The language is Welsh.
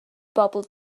bobl